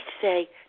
say